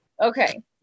okay